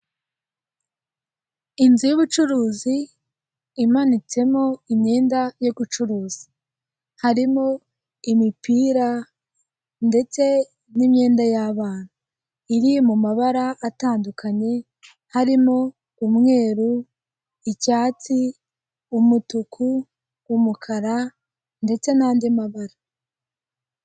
Inzu y'ubucuruzi imanitsemo imyenda yo gucuruza. Harimo imipira ndetse n'imyenda y'abana. Iri mu mabara atandukanye, harimo; umweru, icyatsi, umutuku, umukara, ndetse n'andi mabara.